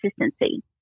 consistency